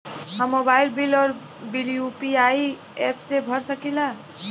हम mobile bill और bill UPI app से भर सकिला